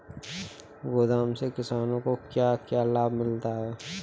गोदाम से किसानों को क्या क्या लाभ मिलता है?